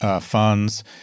funds